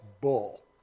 bull